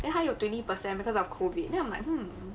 then 他有 twenty percent because of COVID then I'm like hmm